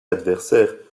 adversaires